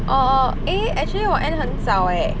orh orh eh actually 我 end 很早 eh